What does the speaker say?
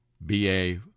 BA